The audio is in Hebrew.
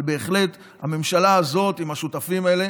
אבל הממשלה הזאת עם השותפים האלה